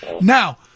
Now